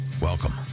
Welcome